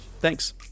Thanks